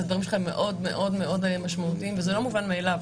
הדברים שלך הם מאוד-מאוד משמעותיים וזה לא מובן מאליו,